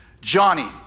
Johnny